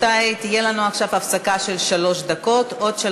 (הישיבה נפסקה בשעה 11:56 ונתחדשה בשעה 12:07.) חברי הכנסת,